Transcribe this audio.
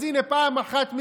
אז הינה פעם אחת,